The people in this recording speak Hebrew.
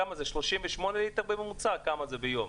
זה 38 ליטר בממוצע ביום?